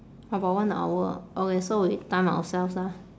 about one hour okay so we time ourselves lah